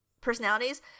personalities